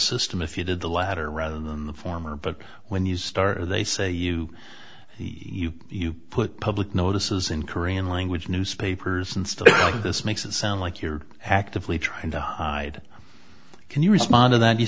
system if you did the latter rather than the former but when you start or they say you you you put public notices in korean language newspapers and stuff like this makes it sound like you're actively trying to hide can you respond that you